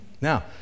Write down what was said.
Now